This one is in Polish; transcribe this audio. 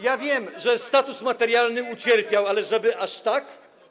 Ja wiem, że status materialny ucierpiał, ale żeby aż tak?